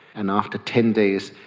and after ten days,